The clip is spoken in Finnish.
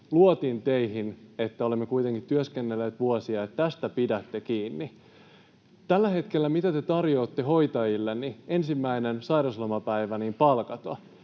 Luotin teihin, kun olemme kuitenkin työskennelleet vuosia, että tästä pidätte kiinni. Tällä hetkellä te tarjoatte hoitajille, että ensimmäinen sairauslomapäivä on palkaton.